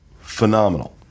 phenomenal